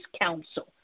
counsel